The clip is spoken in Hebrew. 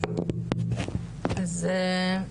בבקשה.